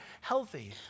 healthy